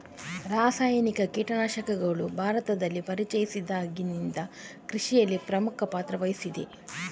ರಾಸಾಯನಿಕ ಕೀಟನಾಶಕಗಳು ಭಾರತದಲ್ಲಿ ಪರಿಚಯಿಸಿದಾಗಿಂದ ಕೃಷಿಯಲ್ಲಿ ಪ್ರಮುಖ ಪಾತ್ರ ವಹಿಸಿದೆ